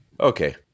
Okay